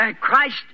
Christ